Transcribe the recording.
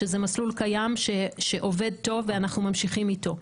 שזה מסלול קיים שעובד טוב ואנחנו ממשיכים איתו.